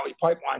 Pipeline